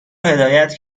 هدایت